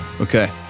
okay